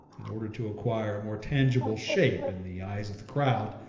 in order to acquire a more tangible shape in the eyes of the crowd,